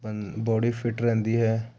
ਭੰ body fit ਰਹਿੰਦੀ ਹੈ